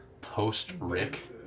Post-Rick